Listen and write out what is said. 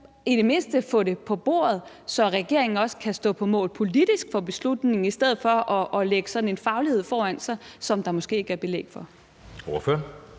i det mindste ikke få det på bordet, så regeringen også kan stå på mål politisk for beslutningen i stedet for at lægge sådan en faglighed foran sig, som der måske ikke er belæg for? Kl.